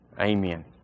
Amen